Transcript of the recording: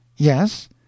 Yes